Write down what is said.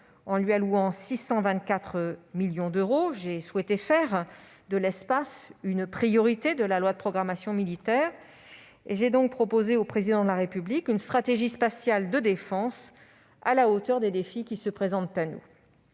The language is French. en lui allouant 624 millions d'euros. J'ai souhaité faire de l'espace une priorité de la loi de programmation militaire et ai donc proposé au Président de la République une stratégie spatiale de défense à la hauteur des défis qui se présentent à nous.